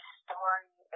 story